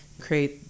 create